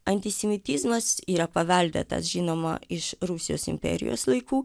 antisemitizmas yra paveldėtas žinoma iš rusijos imperijos laikų